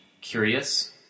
curious